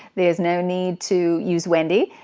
there's no need to use wendy.